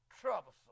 troublesome